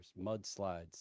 mudslides